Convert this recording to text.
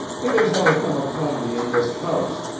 it has all come upon me in this house,